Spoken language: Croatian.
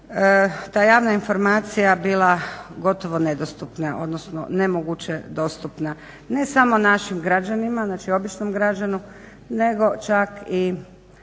ta javna informacija bila gotovo nedostupna, odnosno nemoguće dostupna, ne samo našim građanima znači običnom građaninu, nego čak i